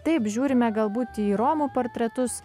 taip žiūrime galbūt į romų portretus